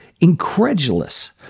incredulous